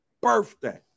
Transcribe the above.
birthday